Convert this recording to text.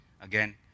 Again